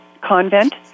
convent